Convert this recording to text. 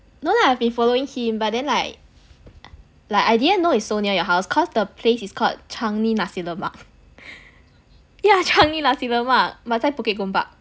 no lah I've been following him but then like like I didn't know it's so near your house cause the place is called changi nasi lemak yeah changi nasi lemak but 在 bukit gombak